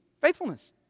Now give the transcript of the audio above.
Faithfulness